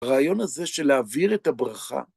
הרעיון הזה של להעביר את הברכה.